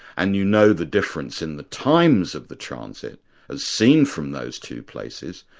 and you know the difference in the times of the transit as seen from those two places,